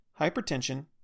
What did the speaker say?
hypertension